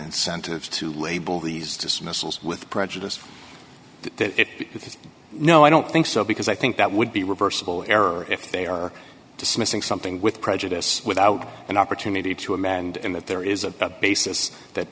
incentive to label these dismissals with prejudice that it no i don't think so because i think that would be reversible error if they are dismissing something with prejudice without an opportunity to him and that there is a basis that